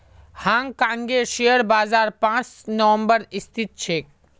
हांग कांगेर शेयर बाजार पांच नम्बरत स्थित छेक